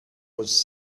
was